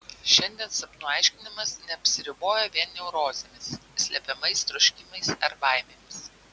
šiandien sapnų aiškinimas neapsiriboja vien neurozėmis slepiamais troškimais ar baimėmis